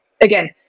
again